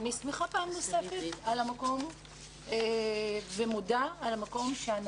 אני שמחה פעם נוספת ומודה על המקום אותו אנחנו